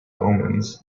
omens